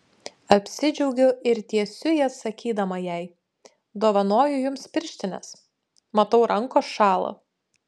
apsidžiaugiu ir tiesiu jas sakydama jai dovanoju jums pirštines matau rankos šąla